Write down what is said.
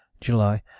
july